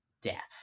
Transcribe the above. death